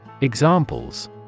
Examples